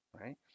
right